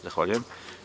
Zahvaljujem.